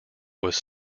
was